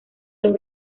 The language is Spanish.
los